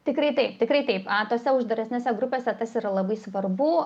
tikrai taip tikrai taip tose uždaresnėse grupėse tas yra labai svarbu